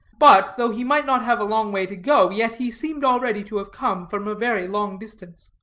but, though he might not have a long way to go, yet he seemed already to have come from a very long distance.